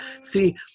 See